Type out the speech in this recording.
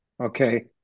Okay